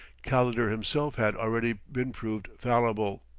calendar himself had already been proved fallible.